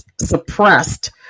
suppressed